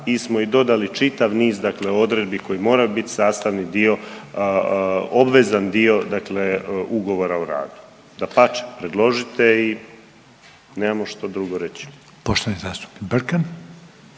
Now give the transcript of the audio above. mi smo i dodali čitav niz dakle odredbi koje moraju biti sastavni dio, obvezan dio dakle ugovora o radu. Dapače, predložite i nemamo što drugo reći. **Reiner, Željko